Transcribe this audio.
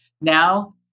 Now